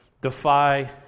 defy